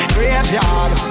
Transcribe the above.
Graveyard